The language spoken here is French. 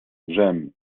j’aime